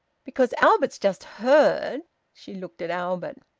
because albert's just heard she looked at albert.